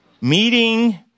Meeting